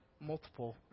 multiple